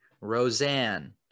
Roseanne